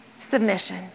submission